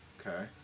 Okay